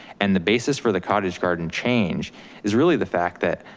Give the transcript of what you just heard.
and the basis for the cottage garden change is really the fact that,